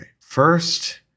First